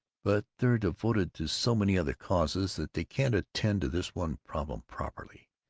but they're devoted to so many other causes that they can't attend to this one problem properly.